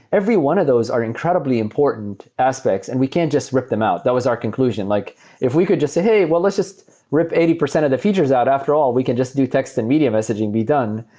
every one of those are incredibly important aspects and we can't just rip them out. that was our conclusion. like if we could just say, hey! well, let's just rip eighty percent of the features out. after all, we can just do text and media messaging be done.